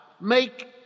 make